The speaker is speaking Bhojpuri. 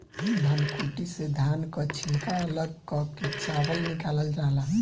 धनकुट्टी से धान कअ छिलका अलग कअ के चावल निकालल जाला